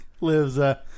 Lives